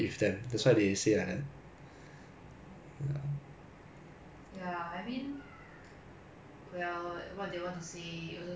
well what do you want to say also okay lah I don't take offence mah 我自己的 standard is just fighting with your own cohort bell curve lor